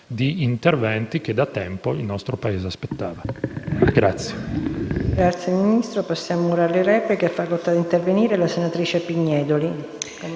di interventi che da tempo il nostro Paese aspettava.